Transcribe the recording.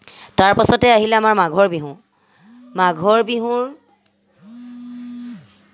তাৰ পাছতে আহিলে আমাৰ মাঘৰ বিহু মাঘৰ বিহুৰ